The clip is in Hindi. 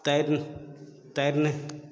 तैर तैरने